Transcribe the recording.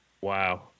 wow